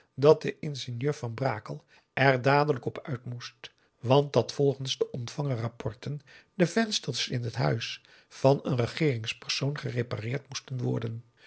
dat de ingenieur van brakel er dadelijk op uit moest want dat volgens ontvangen rapporten de vensters in het huis van een regeeringspersoon gerepareerd moesten worden